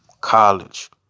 college